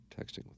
Texting